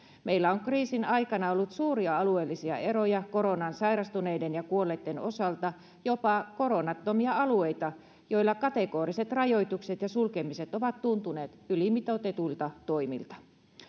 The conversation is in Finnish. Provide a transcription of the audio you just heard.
meillä on kriisin aikana ollut suuria alueellisia eroja koronaan sairastuneiden ja kuolleitten osalta jopa koronattomia alueita joilla kategoriset rajoitukset ja sulkemiset ovat tuntuneet ylimitoitetuilta toimilta